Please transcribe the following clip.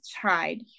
tried